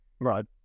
right